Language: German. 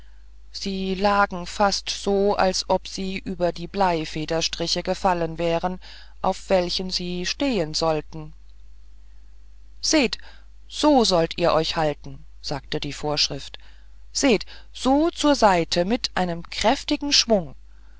sie lagen fast so als ob sie über die bleifederstriche gefallen wären auf welchen sie stehen sollten seht so solltet ihr euch halten sagte die vorschrift seht so zur seite mit einem kräftigen schwung